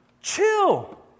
Chill